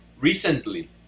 recently